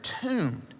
tuned